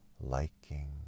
liking